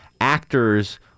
actors